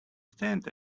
stand